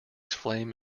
flame